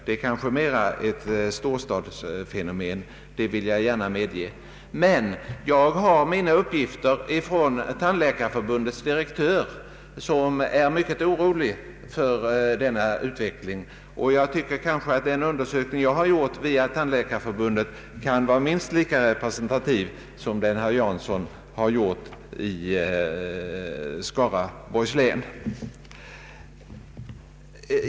Jag vill gärna medge att detta kanske mera är ett storstadsproblem. Jag har dock fått mina uppgifter från Tandläkarförbundets direktör, som är mycket orolig för utvecklingen. Jag anser att den undersökning jag gjort via Tandläkarförbundet kan vara minst lika representativ som den herr Jansson gjort i Skaraborgs län.